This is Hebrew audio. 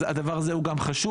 אז הדבר הזה הוא גם חשוב,